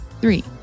Three